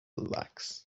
lacks